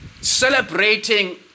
celebrating